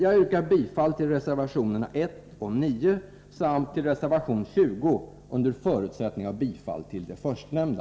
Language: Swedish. Jag yrkar bifall till reservationerna 1 och 9 samt till reservation 20 under förutsättning av bifall till de förstnämnda.